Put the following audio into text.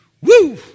Woo